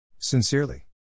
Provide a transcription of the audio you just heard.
Sincerely